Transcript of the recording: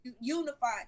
unified